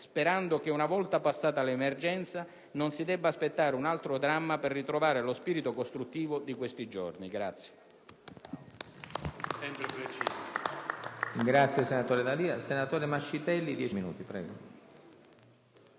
Sperando che, una volta passata l'emergenza, non si debba aspettare un altro dramma per ritrovare lo spirito costruttivo di questi giorni.